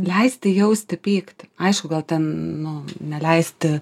leisti jausti pyktį aišku gal ten nu neleisti